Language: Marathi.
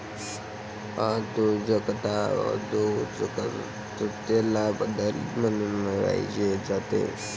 उद्योजकता उद्योजकतेला बदल म्हणून पाहिले जाते